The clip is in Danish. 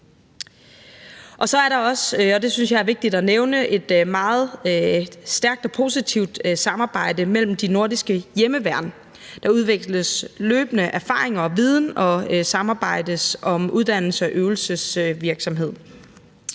jeg er vigtigt at nævne, et meget stærkt og positivt samarbejde mellem de nordiske hjemmeværn. Der udveksles løbende erfaringer og viden og samarbejdes om uddannelse og øvelsesvirksomhed.